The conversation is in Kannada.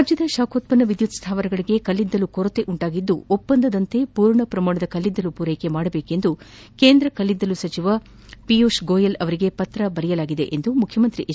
ರಾಜ್ಠದ ಶಾಖೋತ್ಪನ್ನ ವಿದ್ಯುತ್ ಸ್ಥಾವರಗಳಿಗೆ ಕಲ್ಲಿದ್ದಲು ಕೊರತೆ ಉಂಟಾಗಿದ್ದು ಒಪ್ಪಂದದ ಪ್ರಕಾರ ಮೂರ್ಣ ಪ್ರಮಾಣದ ಕಲ್ಲಿದ್ದಲು ಪೂರೈಕೆ ಮಾಡುವಂತೆ ಕೇಂದ್ರ ಕಲ್ಲಿದ್ದಲು ಸಚಿವ ಪಿಯೂಷ್ ಗೋಯಲ್ ಅವರಿಗೆ ಪತ್ರ ಬರೆದಿರುವುದಾಗಿ ಮುಖ್ಯಮಂತ್ರಿ ಹೆಚ್